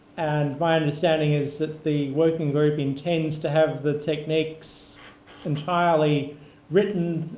and my understanding is that the working group intends to have the techniques entirely written